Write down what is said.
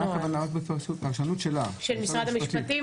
מה הכוונה, הפרשנות שלה --- של משרד המשפטים?